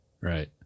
Right